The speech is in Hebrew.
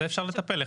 אז זה אפשר לטפל.